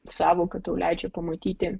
sąvoka tau leidžia pamatyti